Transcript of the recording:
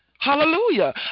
Hallelujah